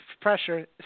pressure